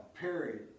period